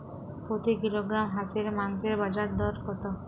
প্রতি কিলোগ্রাম হাঁসের মাংসের বাজার দর কত?